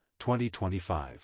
20-25